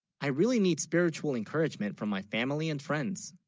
i really need spiritual encouragement from my family and friends